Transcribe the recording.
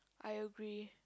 I agree